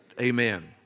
Amen